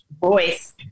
voice